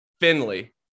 Finley